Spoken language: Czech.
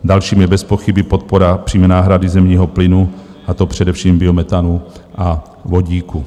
Dalším je bezpochyby podpora přímé náhrady zemního plynu, a to především biometanu a vodíku.